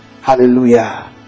Hallelujah